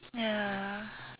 ya